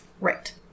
Right